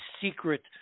secret